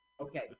Okay